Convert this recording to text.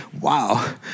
wow